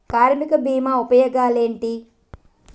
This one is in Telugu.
కార్మిక బీమా ఉపయోగాలేంటి?